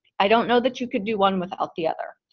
i don't know that you could do one without the other.